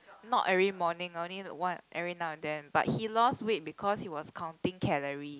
not every morning only one every now and then but he lost weight because he was counting calorie